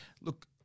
Look